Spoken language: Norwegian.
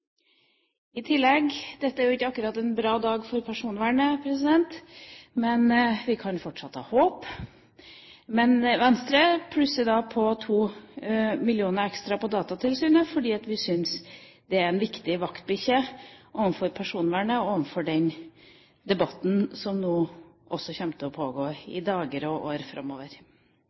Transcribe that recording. I tillegg: Dette er jo ikke akkurat en bra dag for personvernet, men vi kan fortsatt ha håp. Venstre plusser derfor på 2 mill. kr ekstra på Datatilsynet, fordi vi syns det er en viktig vaktbikkje for personvernet og i den debatten som nå kommer til å pågå i dager og år framover.